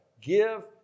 Give